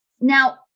Now